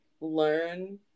learn